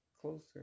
closer